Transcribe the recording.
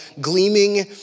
gleaming